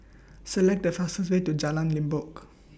Select The fastest Way to Jalan Limbok